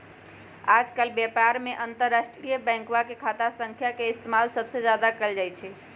आजकल व्यापार में अंतर्राष्ट्रीय बैंकवा के खाता संख्या के इस्तेमाल सबसे ज्यादा कइल जाहई